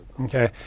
Okay